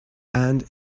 and